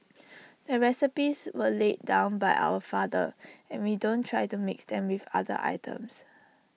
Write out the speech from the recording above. the recipes were laid down by our father and we don't try to mix them with other items